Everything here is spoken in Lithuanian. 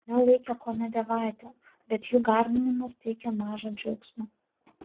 mane laikė kone dievaite bet jų garbinimas teikė maža džiaugsmo